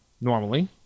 normally